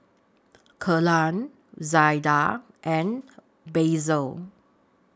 Kellan Zaida and Basil